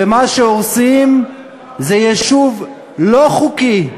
ומה שהורסים זה יישוב לא חוקי,